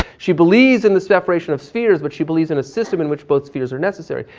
she believes in the separation of spheres, but she believes in a system in which both spheres are necessary.